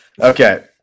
okay